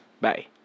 Bye